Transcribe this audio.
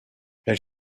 elle